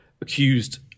accused